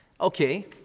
Okay